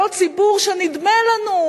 אותו ציבור שנדמה לנו,